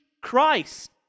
Christ